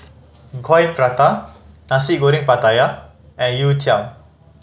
Coin Prata Nasi Goreng Pattaya and youtiao